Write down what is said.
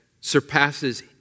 surpasses